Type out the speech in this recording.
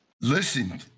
Listen